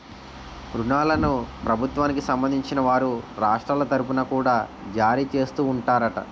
ఋణాలను ప్రభుత్వానికి సంబంధించిన వారు రాష్ట్రాల తరుపున కూడా జారీ చేస్తూ ఉంటారట